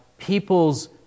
people's